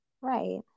right